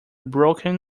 broken